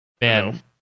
Man